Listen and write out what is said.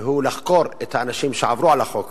והוא לחקור את האנשים שעברו על החוק.